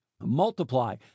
Multiply